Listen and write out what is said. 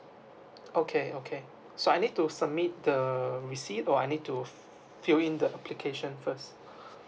okay okay so I need to submit the receipt or I need to fill in the application first